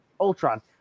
ultron